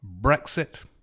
brexit